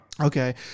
Okay